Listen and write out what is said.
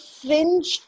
fringe